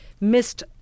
missed